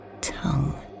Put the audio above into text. tongue